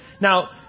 Now